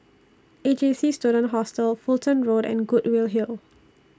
A J C Student Hostel Fulton Road and Goodwood Hill